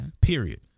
Period